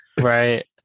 Right